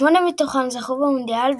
שמונה מתוכן זכו במונדיאל,